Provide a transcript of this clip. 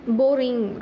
boring